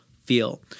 Feel